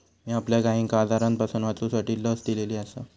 मी आपल्या गायिंका आजारांपासून वाचवूसाठी लस दिलेली आसा